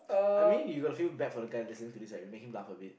I mean you got to feel bad for the guy listen to this right you made him laugh a bit